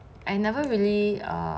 I never really ah